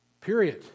period